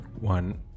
one